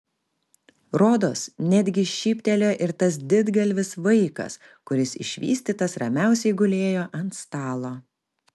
rodos netgi šyptelėjo ir tas didgalvis vaikas kuris išvystytas ramiausiai gulėjo ant stalo